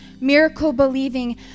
miracle-believing